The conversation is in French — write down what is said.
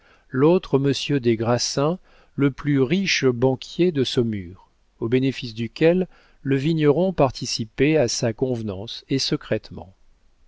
l'autre monsieur des grassins le plus riche banquier de saumur aux bénéfices duquel le vigneron participait à sa convenance et secrètement